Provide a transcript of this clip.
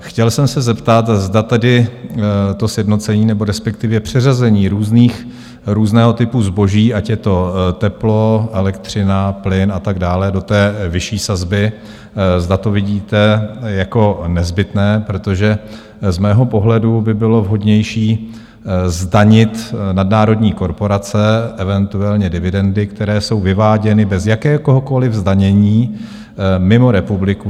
Chtěl jsem se zeptat, zda tedy to sjednocení nebo respektive přeřazení různého typu zboží, ať je to teplo, elektřina, plyn a tak dále, do vyšší sazby, zda to vidíte jako nezbytné, protože z mého pohledu by bylo vhodnější zdanit nadnárodní korporace, eventuálně dividendy, které jsou vyváděny bez jakéhokoliv zdanění mimo Českou republiku.